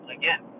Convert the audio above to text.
again